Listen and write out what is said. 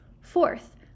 Fourth